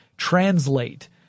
translate